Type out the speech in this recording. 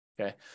Okay